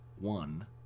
one